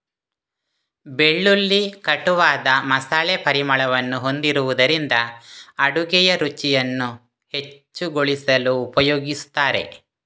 ಬೆಳ್ಳುಳ್ಳಿ ಕಟುವಾದ ಮಸಾಲೆ ಪರಿಮಳವನ್ನು ಹೊಂದಿರುವುದರಿಂದ ಅಡುಗೆಯ ರುಚಿಯನ್ನು ಹೆಚ್ಚುಗೊಳಿಸಲು ಉಪಯೋಗಿಸುತ್ತಾರೆ